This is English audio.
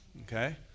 Okay